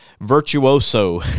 Virtuoso